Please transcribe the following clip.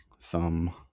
Thumb